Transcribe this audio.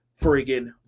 friggin